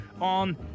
on